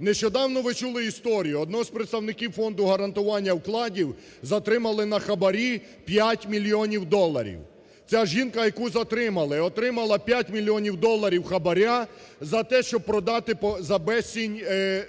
Нещодавно ви чули історію. Одного із представників Фонду гарантування вкладів затримали на хабарі в 5 мільйонів доларів. Ця жінка, яку затримали, отримала 5 мільйонів доларів хабара за те, щоб продати за безцінь